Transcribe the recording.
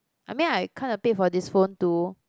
I mean I kind of paid for this phone too